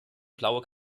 blaue